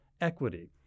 equity